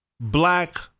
Black